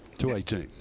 to eighteen.